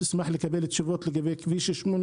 אשמח לקבל תשובות לגבי כביש 80